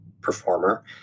performer